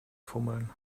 fummeln